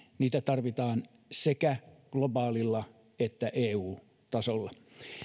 niitä tarvitaan sekä globaalilla että eu tasolla